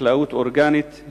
חקלאות אורגנית,